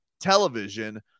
television